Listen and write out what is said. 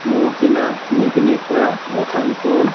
ম'কিনা নিকনি খোৱা ৰতনপুৰ